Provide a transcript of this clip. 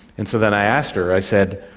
and so then i asked her, i said,